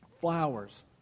Flowers